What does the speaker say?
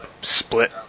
split